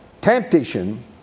temptation